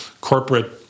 corporate